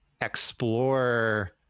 explore